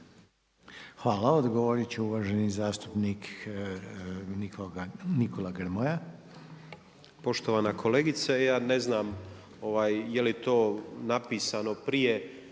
Hvala odgovoriti će uvaženi zastupnik Nikola Grmoja.